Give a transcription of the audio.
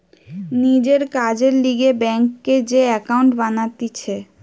নিজের কাজের লিগে ব্যাংকে যে একাউন্ট বানাতিছে